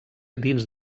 dins